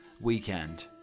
weekend